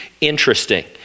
interesting